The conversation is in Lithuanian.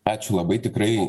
ačiū labai tikrai